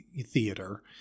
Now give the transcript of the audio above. theater